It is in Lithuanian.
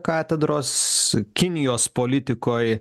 katedros kinijos politikoj